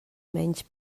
menys